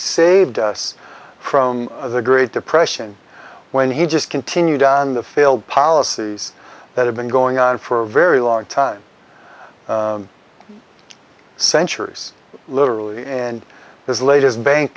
saved us from the great depression when he just continued on the failed policies that have been going on for a very long time centuries literally and his latest bank